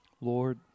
Lord